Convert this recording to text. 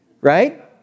Right